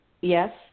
yes